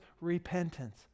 repentance